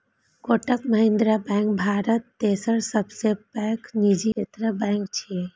Kotak Mahindra bank Bharat तेसर सबसं पैघ निजी क्षेत्रक बैंक छियै